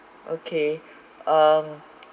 okay um